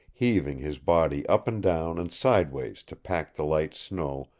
heaving his body up and down and sideways to pack the light snow,